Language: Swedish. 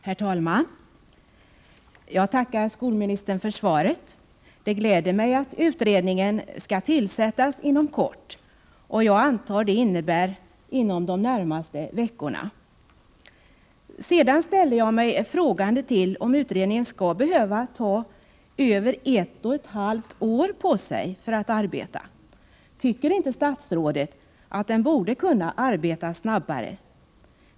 Herr talman! Jag tackar skolministern för svaret. Det gläder mig att utredningen skall tillsättas inom kort, vilket jag antar innebär inom de närmaste veckorna. Jag ställer mig emellertid frågande till om utredningen skall behöva ha över ett och ett halvt år på sig med detta arbete. Tycker inte statsrådet att den borde kunna arbeta snabbare?